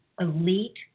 elite